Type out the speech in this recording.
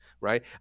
right